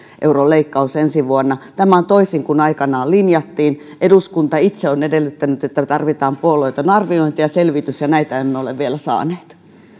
euron leikkaus ensi vuonna tämä on toisin kuin aikanaan linjattiin eduskunta itse on edellyttänyt että tarvitaan puolueeton arviointi ja selvitys ja näitä emme ole vielä saaneet